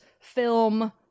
film